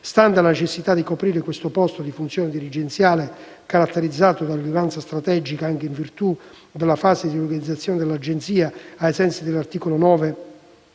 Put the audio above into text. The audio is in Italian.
Stante la necessità di coprire detto posto di funzione dirigenziale, caratterizzato da rilevanza strategica, anche in virtù della fase di riorganizzazione dell'Agenzia, ai sensi dell'articolo